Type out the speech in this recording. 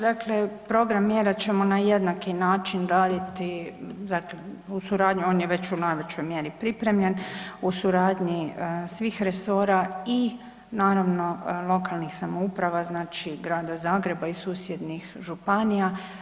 Dakle, program mjera ćemo na jednaki način raditi, on je već u najvećoj mjeri pripremljen, u suradnji svih resora i naravno lokalnih samouprava Grada Zagreba i susjednih županija.